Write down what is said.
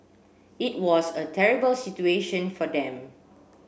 it was a terrible situation for them